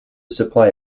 supply